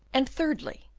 and thirdly,